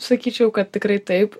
sakyčiau kad tikrai taip